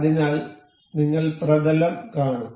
അതിനാൽ നിങ്ങൾ പ്രതലം കാണും